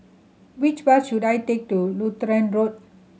which bus should I take to Lutheran Road